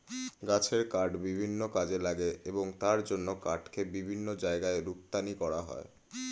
গাছের কাঠ বিভিন্ন কাজে লাগে এবং তার জন্য কাঠকে বিভিন্ন জায়গায় রপ্তানি করা হয়